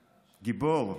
גיבור,